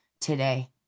today